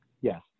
yes